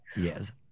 Yes